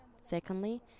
Secondly